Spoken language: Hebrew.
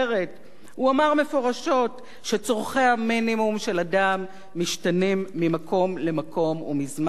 הוא אמר מפורשות שצורכי המינימום של אדם משתנים ממקום למקום ומזמן לזמן.